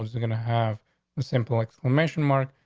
we're gonna have a simple explanation, mark.